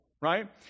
right